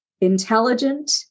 intelligent